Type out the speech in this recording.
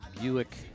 Buick